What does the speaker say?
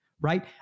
right